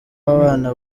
abana